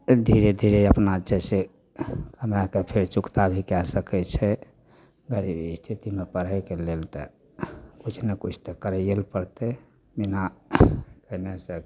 धीरे धीरे अपना जइसे कमैके फेर चुकता भी कै सकै छै गरीब इस्थितिमे पढ़ैके लेल तऽ किछु नहि किछु तऽ करैएलए पड़तै बिना कएने से